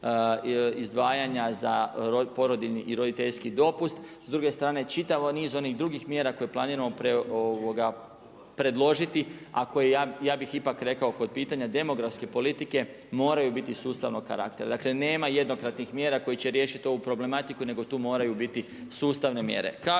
izdvajanja za porodiljni i roditeljski dopust. S druge strane čitav niz onih drugih mjera koje planiramo predložiti, a koje ja bih ipak rekao kod pitanja demografske politike moraju biti sustavnog karaktera. Dakle nema jednokratnih mjera koji će riješiti ovu problematiku nego tu moraju biti sustavne mjere.